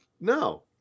No